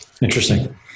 Interesting